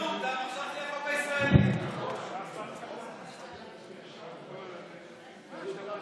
שלוש